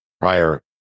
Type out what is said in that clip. prior